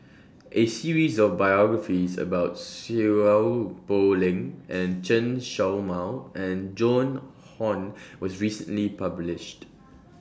A series of biographies about Seow Poh Leng Chen Show Mao and Joan Hon was recently published